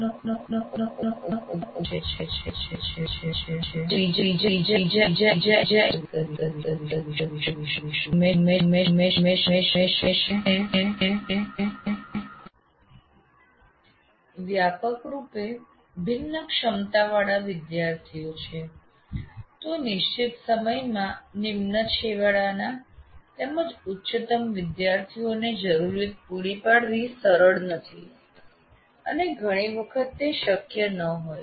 આપણે ત્રીજા એકમમાં તેમાંથી કેટલાક વિશે વાત કરીશું પરંતુ આ સમસ્યા હંમેશાં હોય છે અને ખાસ કરીને જો આપની પાસે વ્યાપક રૂપે ભિન્ન ક્ષમતાઓવાળા વિદ્યાર્થીઓ છે તો નિશ્ચિત સમયમાં નિમ્ન છેવાડાના તેમજ ઉચ્ચતમ વિદ્યાર્થીઓની જરુરીયાત પૂરી પાડવી સરળ નથી અને ઘણી વખત તે શક્ય ન હોય